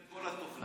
נכין את כל התוכנית.